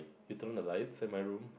you turn on the lights in my room